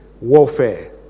warfare